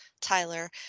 Tyler